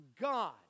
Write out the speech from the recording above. God